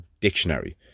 dictionary